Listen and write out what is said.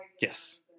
Yes